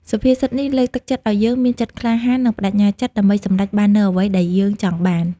សុភាសិតនេះលើកទឹកចិត្តឲ្យយើងមានចិត្តក្លាហាន និងប្ដេជ្ញាចិត្តដើម្បីសម្រេចបាននូវអ្វីដែលយើងចង់បាន។